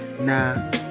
Nah